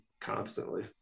constantly